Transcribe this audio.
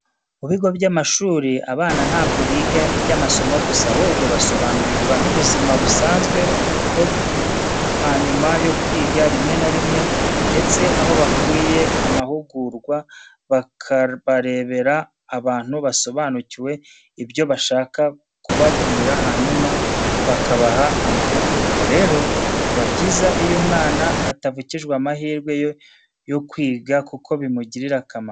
Mu bigo by'amashuri abana ntabwo biga iby'amasomo gusa ahubwo basobanurirwa n'ubuzima busanzwe bwo hanyuma yo kwiga rimwe na rimwe ndetse aho bakwiye amahugurwa bakabarebera abantu basobanukiwe ibyo bashaka kubabwira hanyuma bakabaha amahugurwa. Rero biba byiza iyo umwana atavukijwe amahirwe ye yo kwiga kuko bimugirira akamaro.